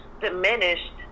diminished